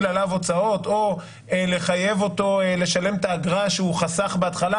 עליו הוצאות או לחייב אותו לשלם את האגרה שהוא חסך בהתחלה,